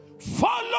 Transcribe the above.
Follow